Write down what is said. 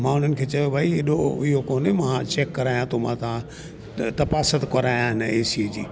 त मां उन्हनि खे चयो भई हेॾो इहो कोन्हे मां चैक कराया थो मां तां तपास थो कराया हिन एसीअ जी